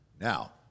now